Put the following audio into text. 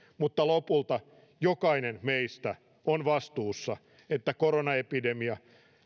mutta lopulta jokainen meistä on vastuussa että koronaepidemiaa